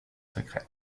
secrets